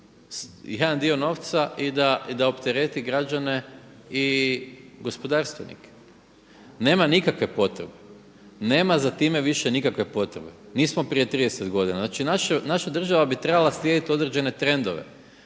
jedan dio novca i da optereti građane i gospodarstvenike? Nema nikakve potrebe. Nema za time više nikakve potrebe, nismo prije 30 godina. Znači, naša država bi trebala slijediti određene trendove.